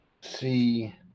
see